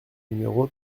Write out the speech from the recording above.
numéro